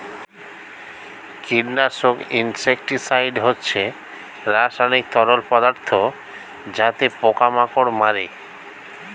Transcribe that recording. কীটনাশক ইনসেক্টিসাইড হচ্ছে রাসায়নিক তরল পদার্থ যাতে পোকা মাকড় মারে